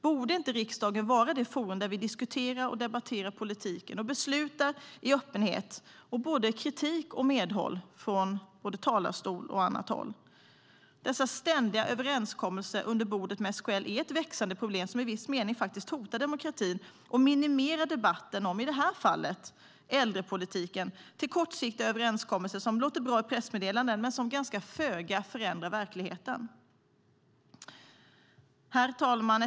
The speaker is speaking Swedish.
Borde inte riksdagen vara det forum där vi diskuterar och debatterar politiken och beslutar i öppenhet, med kritik och medhåll från både talarstol och annat håll? Dessa ständiga överenskommelser under bordet med SKL är ett växande problem som i viss mening faktiskt hotar demokratin och minimerar debatten i detta fall om äldrepolitiken till kortsiktiga överenskommelser som låter bra i pressmeddelanden men som föga förändrar verkligheten. Herr talman!